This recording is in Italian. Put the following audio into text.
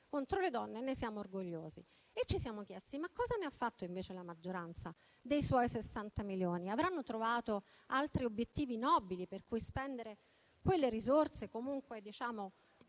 contro le donne, e ne siamo orgogliosi. Ci siamo chiesti: ma cosa ha fatto invece la maggioranza dei suoi 60 milioni? Avranno trovato altri obiettivi nobili per cui spendere quelle risorse, piccole